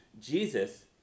Jesus